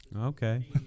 Okay